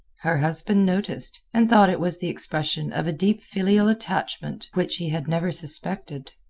her husband noticed, and thought it was the expression of a deep filial attachment which he had never suspected.